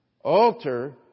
alter